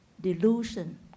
delusion